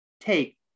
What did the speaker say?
take